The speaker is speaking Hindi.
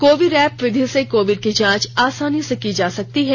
कोविरैप विधि से कोविड की जांच आसानी से की जा सकती है